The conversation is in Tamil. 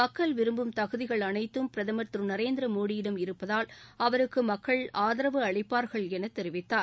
மக்கள் விரும்பும் தகுதிகள் அனைத்தும் பிரதமர் திரு நரேந்திரமோடியிடம் இருப்பதால் அவருக்கு மக்கள் ஆதரவு அளிப்பார்கள் என தெரிவித்தார்